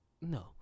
no